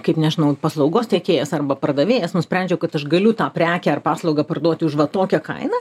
kaip nežinau paslaugos tiekėjas arba pardavėjas nusprendžiau kad aš galiu tą prekę ar paslaugą parduoti už va tokią kainą